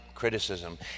criticism